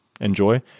enjoy